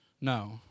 No